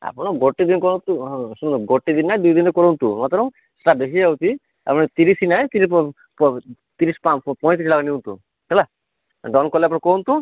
ଆପଣ ଗୋଟେ ଦିନ କରନ୍ତୁ ହଁ ଶୁଣ ଗୋଟେ ଦିନ ନା ଦୁଇ ଦିନ କରନ୍ତୁ ମାତ୍ର ସେଇଟା ବେଶି ହେଇଯାଉଛି ଆପଣ ତିରିଶ ନା ପଇଁ ତିରିଶ ଟଙ୍କା ନିଅନ୍ତୁ ହେଲା ଡନ କଲେ ଆପଣ କୁହନ୍ତୁ